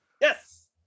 Yes